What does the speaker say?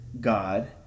God